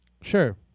sure